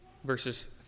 verses